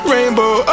Rainbow